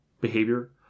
behavior